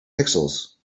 pixels